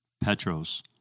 Petros